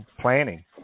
planning